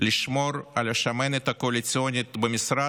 לשמור על השמנת הקואליציונית במשרד,